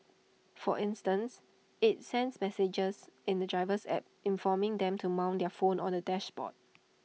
for instance IT sends messages in the driver's app informing them to mount their phone on the dashboard